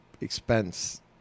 expense